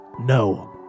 No